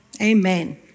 Amen